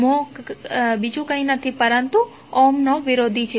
મ્હોં કંઇ નહીં પરંતુ ઓહ્મનો વિરોધી છે